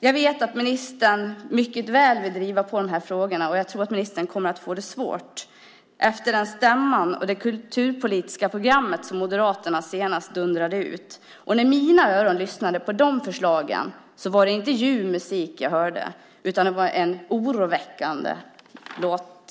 Jag vet att ministern mycket väl vill driva på de här frågorna. Jag tror att ministern kommer att få det svårt efter stämman och det kulturpolitiska program som Moderaterna senast dundrade ut. När mina öron lyssnade på de förslagen var det inte ljuv musik som hördes. Det var en oroväckande låt.